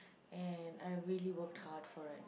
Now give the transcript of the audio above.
and I really work hard for it